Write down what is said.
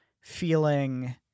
feeling